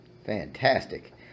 Fantastic